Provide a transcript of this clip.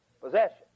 Possession